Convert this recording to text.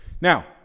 Now